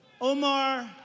Omar